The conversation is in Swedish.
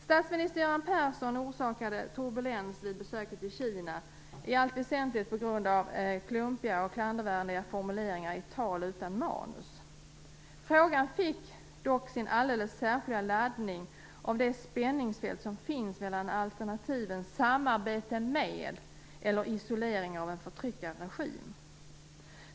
Statsminister Göran Persson orsakade turbulens vid besöket i Kina, i allt väsentligt på grund av klumpiga och klandervärda formuleringar i ett tal utan manus. Frågan fick dock sin alldeles särskilda laddning av det spänningsfält som finns mellan alternativen samarbete med eller isolering av en förtryckarregim.